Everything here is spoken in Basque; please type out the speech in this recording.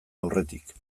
aurretik